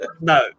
No